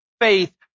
faith